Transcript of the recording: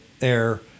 air